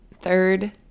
third